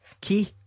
Key